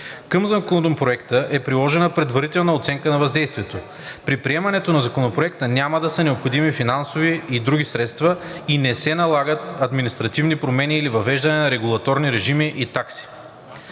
Към Законопроекта е приложена Предварителна оценка на въздействието. При приемането на Законопроекта няма да са необходими финансови и други средства и не се налагат административни промени или въвеждане на регулаторни режими и такси.